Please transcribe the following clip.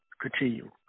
continue